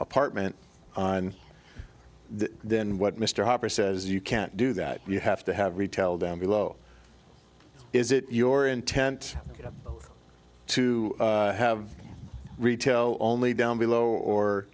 apartment and then what mr hopper says you can't do that you have to have retail down below is it your intent to have retail only down below or